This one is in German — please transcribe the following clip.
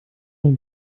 noch